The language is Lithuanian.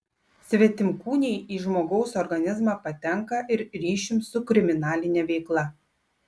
svetimkūniai į žmogaus organizmą patenka ir ryšium su kriminaline veikla